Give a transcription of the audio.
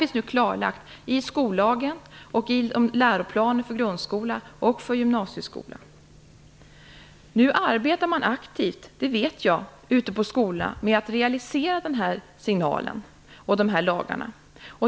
Detta är klarlagt i skollagen och i läroplanen för grundskolan och gymnasieskolan. Jag vet att man nu arbetar aktivt ute på skolorna med att realisera den här signalen och dessa lagar.